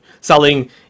selling